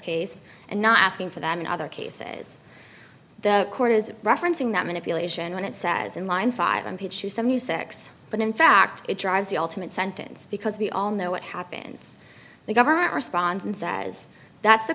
case and not asking for them in other cases the court is referencing that manipulation when it says in line five mph to some new six but in fact it drives the ultimate sentence because we all know what happens the government responds and says that's the